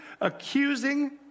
accusing